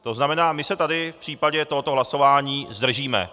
To znamená, my se tady v případě tohoto hlasování zdržíme.